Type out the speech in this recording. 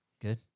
Good